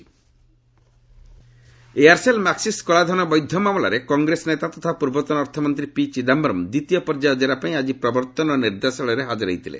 ED Chidambaram Aircel Maxis କଳାଧନ ବୈଧ ମାମଲାରେ କଂଗ୍ରେସ ନେତା ତଥା ପୂର୍ବତନ ଅର୍ଥମନ୍ତ୍ରୀ ପିଚିଦାୟରମ୍ ଦ୍ୱିତୀୟ ପର୍ଯ୍ୟାୟ କ୍ଷେରା ପାଇଁ ଆଜି ପ୍ରବର୍ତ୍ତନ ନିର୍ଦ୍ଦେଶାଳୟରେ ହାଜର ହୋଇଥିଲେ